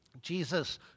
Jesus